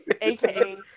AKA